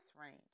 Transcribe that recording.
range